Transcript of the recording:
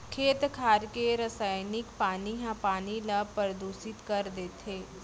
खेत खार के रसइनिक पानी ह पानी ल परदूसित कर देथे